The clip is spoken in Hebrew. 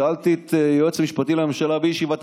שאלתי את היועץ המשפטי לממשלה בישיבת